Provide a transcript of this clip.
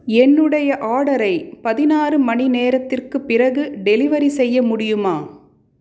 என்னுடைய ஆர்டரை பதினாறு மணி நேரத்திற்கு பிறகு டெலிவரி செய்ய முடியுமா